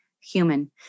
human